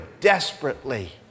desperately